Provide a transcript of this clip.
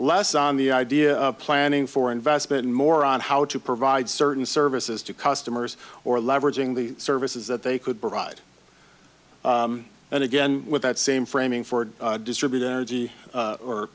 less on the idea of planning for investment more on how to provide certain services to customers or leveraging the services that they could provide and again with that same framing for a distributed energy